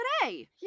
today